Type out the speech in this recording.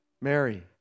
Mary